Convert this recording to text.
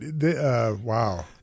Wow